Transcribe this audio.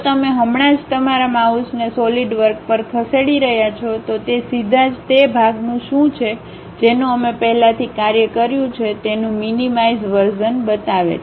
જો તમે હમણાં જ તમારા માઉસને સોલિડવર્ક પર ખસેડી રહ્યાં છો તો તે સીધા જ તે ભાગનું શું છે જેનું અમે પહેલાથી કાર્ય કર્યું છે તેનું મીનીમાઈર્ઝ વર્ઝન બતાવે છે